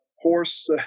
horse